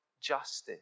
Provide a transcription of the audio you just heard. justice